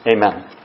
Amen